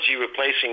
replacing